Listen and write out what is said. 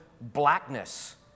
blackness